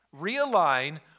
Realign